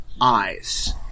Eyes